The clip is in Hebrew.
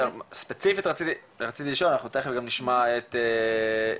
ספציפית רציתי לשאול ואנחנו תיכף גם נשמע את דוקטור